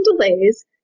delays